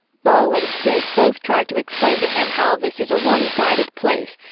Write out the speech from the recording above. beau and sid both tried to explain to him how this is a one-sided place,